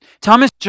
Thomas